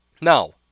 now